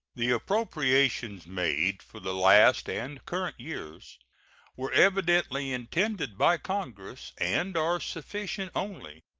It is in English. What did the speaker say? the appropriations made for the last and current years were evidently intended by congress, and are sufficient only,